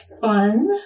fun